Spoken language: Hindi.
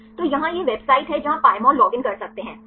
तो यहाँ यह वेब वेबसाइट है जहाँ आप Pymol लॉगिन कर सकते हैं ठीक है